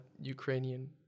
ukrainian